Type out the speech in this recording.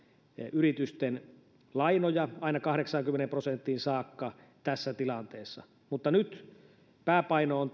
yritysten lainoja aina kahdeksaankymmeneen prosenttiin saakka tässä tilanteessa mutta tässä lisätalousarviossa pääpaino on